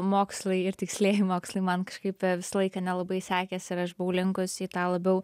mokslai ir tikslieji mokslai man kažkaip visą laiką nelabai sekėsi ir aš buvau linkusi į tą labiau